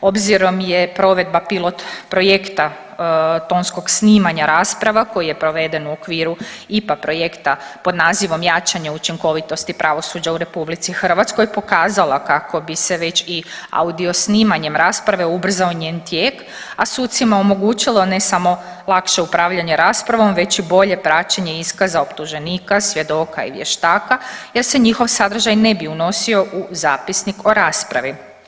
Obzirom je provedba pilot projekta tonskog snimanja rasprava koji je proveden u projektu IPA projekta pod nazivom Jačanje učinkovitosti pravosuđa u RH, pokazala kako bi se već i audio-snimanjem rasprave ubrzao njen tijek, a sucima omogućilo ne samo lakše upravljanje raspravom već i bolje praćenje iskaza optuženika, svjedoka i vještaka jer se njihov sadržaj ne bi unosio u zapisnik o raspravi.